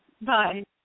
Bye